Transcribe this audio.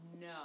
No